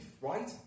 right